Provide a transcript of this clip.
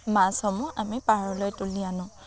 মাছসমূহ আমি পাৰলৈ তুলি আনো